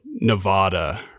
Nevada